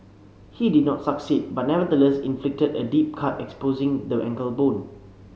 he did not succeed but nevertheless inflicted a deep cut exposing the ankle bone